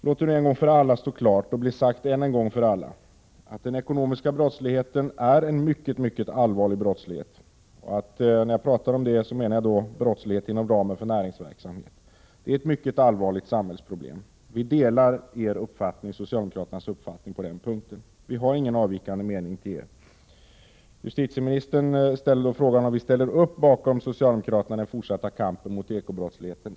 Låt det bli sagt en gång för alla att den ekonomiska brottsligheten, dvs. brottslighet inom ramen för näringsverksamhet, är en mycket allvarlig brottslighet och ett mycket allvarligt samhällsproblem. Vi delar socialdemokraternas uppfattning på den punkten. Vi har i det avseendet ingen avvikande mening gentemot er. Justitieministern ställde frågan om vi ställer upp bakom socialdemokraternas fortsatta kamp mot den ekonomiska brottsligheten.